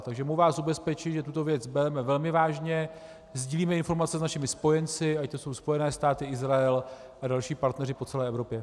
Takže mohu vás ubezpečit, že tuto věc bereme velmi vážně, sdílíme informace s našimi spojenci, ať to jsou Spojené státy, Izrael a další partneři po celé Evropě.